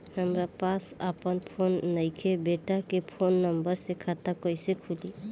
हमरा पास आपन फोन नईखे बेटा के फोन नंबर से खाता कइसे खुली?